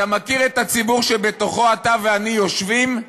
אתה מכיר את הציבור שבתוכו אתה ואני יושבים,